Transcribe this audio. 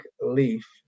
leaf